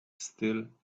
still